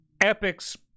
Epic's